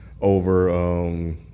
over